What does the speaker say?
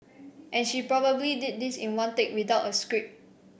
and she probably did this in one take without a script